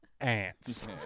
ants